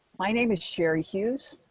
my name is sherri hughes.